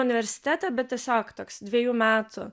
universitete bet tiesiog toks dvejų metų